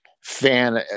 fan